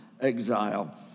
exile